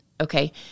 Okay